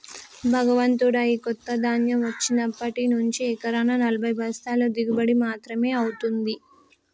భగవంతుడా, ఈ కొత్త ధాన్యం వచ్చినప్పటి నుంచి ఎకరానా నలభై బస్తాల దిగుబడి మాత్రమే అవుతుంది